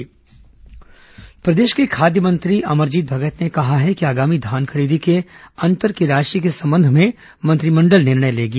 धान खरीदी निर्णय प्रदेश के खाद्य मंत्री अमरजीत भगत ने कहा है कि आगामी धान खरीदी के अंतर की राशि के संबंध में मंत्रिमंडल निर्णय लेगी